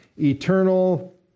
eternal